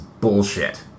bullshit